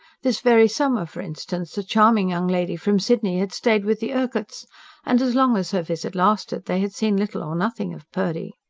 this very summer, for instance, a charming young lady from sydney had stayed with the urquharts and, as long as her visit lasted, they had seen little or nothing of purdy.